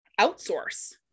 outsource